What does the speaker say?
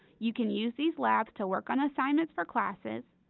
you can use these labs to work on assignments for classes,